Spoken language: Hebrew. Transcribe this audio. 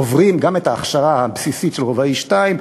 עוברים גם את ההכשרה הבסיסית של רובאי 2,